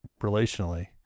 relationally